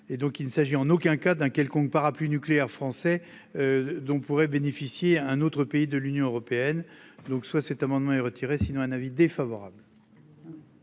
et donc il ne s'agit en aucun cas d'un quelconque parapluie nucléaire français. Dont pourrait bénéficier à un autre pays de l'Union européenne. Donc soit cet amendement est retiré sinon un avis défavorable.